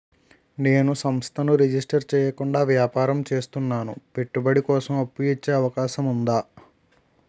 నేను సంస్థను రిజిస్టర్ చేయకుండా వ్యాపారం చేస్తున్నాను పెట్టుబడి కోసం అప్పు ఇచ్చే అవకాశం ఉందా?